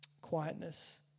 Quietness